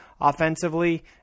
offensively